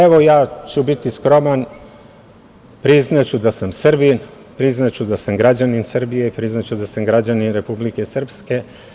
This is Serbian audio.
Evo, biću skroman, priznaću da sam Srbin, priznaću da sam građanin Srbije, priznaću da sam građanin Republike Srpske.